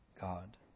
God